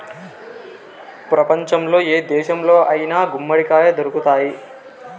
ప్రపంచంలో ఏ దేశంలో అయినా గుమ్మడికాయ దొరుకుతాయి